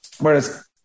Whereas